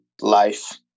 life